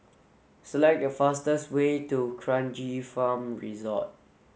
select the fastest way to D'Kranji Farm Resort